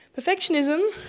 Perfectionism